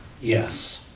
Yes